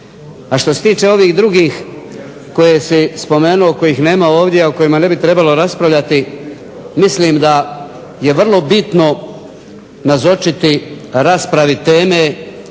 A što se tiče ovih drugih koje si spomenuo, kojih nema ovdje, o kojima ne bi trebalo raspravljati, mislim da je vrlo bitno nazočiti raspravi teme